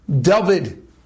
David